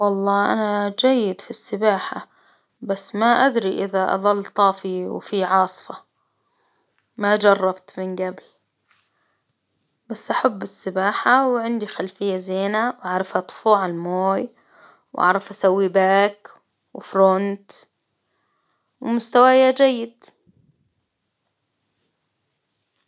والله أنا جيد في السباحة، بس ما أدري إذا أظل طافي وفي عاصفة، ما جربت من قبل، بس أحب السباحة، وعندي خلفية زينة، وأعرف أطفو على الموي، وأعرف اسوي باك وفرونت ومستوايا جيد.